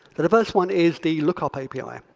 the the first one is the lookup api. like